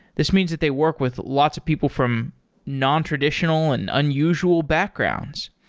this means that they work with lots of people from nontraditional and unusual backgrounds.